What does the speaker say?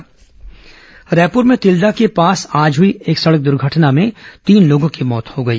हादसा रायपुर में तिल्दा के पास आज हुई एक सड़क दुर्घटना में तीन लोगों की मौत हो गई